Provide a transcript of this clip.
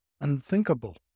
Unthinkable